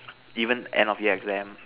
even end of year exams